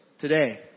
today